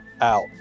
out